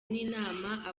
n’inama